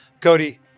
Cody